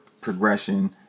progression